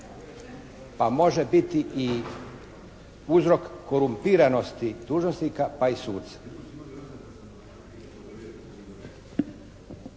A može biti i uzrok korumpiranosti dužnosnika pa i suca.